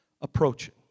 approaching